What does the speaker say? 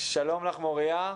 שלום לך, מוריה.